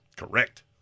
correct